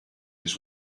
his